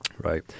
right